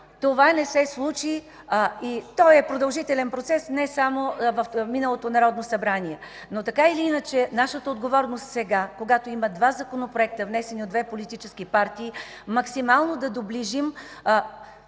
МАРИАНА БОЯДЖИЕВА: То е продължителен процес, не само в миналото Народно събрание. Така или иначе, нашата отговорност сега, когато има два законопроекта, внесени от две политически партии, е максимално да доближим